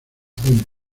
buen